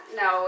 no